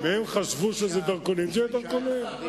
אם הם חשבו שזה דרכונים, זה יהיה דרכונים.